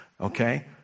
okay